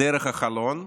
דרך החלון,